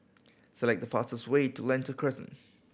select the fastest way to Lentor Crescent